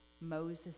Moses